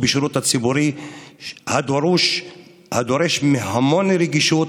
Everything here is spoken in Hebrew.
בשירות הציבורי הדורש המון רגישות,